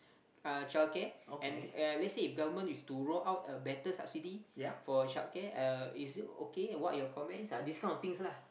uh childcare and uh let's say if government is to roll out a better subsidy for childcare uh is it okay what are your comments ah this kind of things lah